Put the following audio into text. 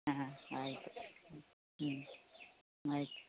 ಹಾಂ ಆಯಿತು ಹ್ಞೂ ಆಯಿತು